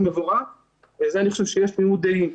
מבורך ועל זה אני חושב שיש תמימות דעים.